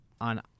On